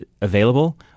available